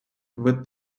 вид